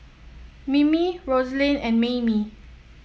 Mimi Rosaline and Maymie